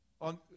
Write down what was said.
on